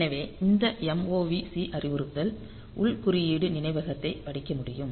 எனவே இந்த movc அறிவுறுத்தல் உள் குறியீடு நினைவகத்தைப் படிக்க முடியும்